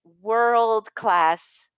world-class